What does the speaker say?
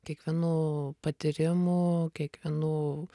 kiekvienu patyrimu kiekvienu